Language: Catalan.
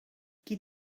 qui